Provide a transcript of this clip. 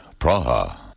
Praha